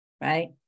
right